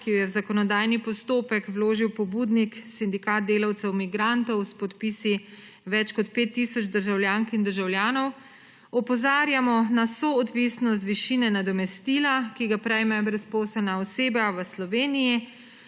ki jo je v zakonodajni postopek vložil pobudnik Sindikat delavcev migrantov s podpisi več kot 5 tisoč državljank in državljanov, opozarjamo na soodvisnost višine nadomestila, ki ga prejme brezposelna oseba v Sloveniji,